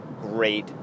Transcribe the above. great